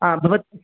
भवत्